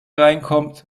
reinkommt